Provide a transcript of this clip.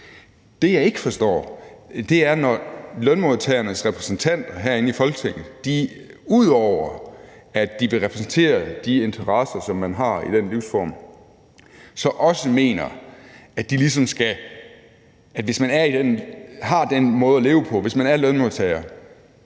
Det, jeg ikke forstår, er, når lønmodtagernes repræsentanter herinde i Folketinget, udover at de vil repræsentere de interesser, som man har i den livsform, så også mener, at hvis man har den måde at leve på, hvis man er lønmodtager,